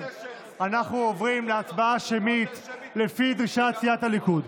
אנחנו עוברים להצבעה שמית לפי דרישת סיעת הליכוד.